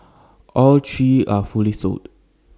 all three are fully sold